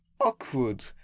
awkward